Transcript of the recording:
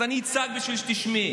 אז אני אצעק בשביל שתשמעי.